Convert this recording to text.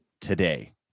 today